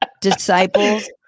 Disciples